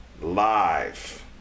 Live